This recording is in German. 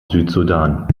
südsudan